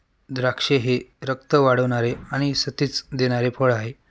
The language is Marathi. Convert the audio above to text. द्राक्षे हे रक्त वाढवणारे आणि सतेज देणारे फळ आहे